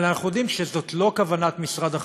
אבל אנחנו יודעים שזו לא כוונת משרד החקלאות,